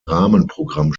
rahmenprogramm